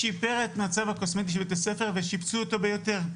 שיפר את מצב הקוסמטיקה של בית הספר ושיפצו אותו בהיתר.